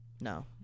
No